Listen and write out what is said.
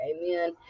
amen